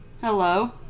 hello